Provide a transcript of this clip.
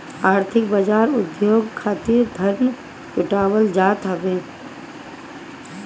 आर्थिक बाजार उद्योग खातिर धन जुटावल जात हवे